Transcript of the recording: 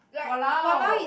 !walao!